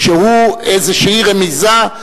שהוא איזו רמיזה.